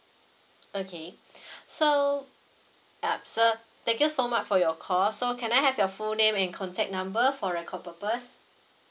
okay so uh sir thank you so much for your call so can I have your full name and contact number for record purpose